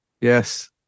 Yes